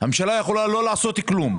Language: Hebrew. הממשלה יכולה לא לעשות כלום.